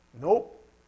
Nope